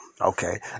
okay